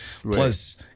Plus